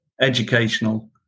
educational